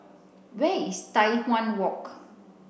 where is Tai Hwan Walk